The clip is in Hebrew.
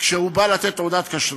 כשהוא בא לתת תעודת כשרות.